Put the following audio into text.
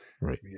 Right